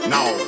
Now